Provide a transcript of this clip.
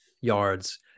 yards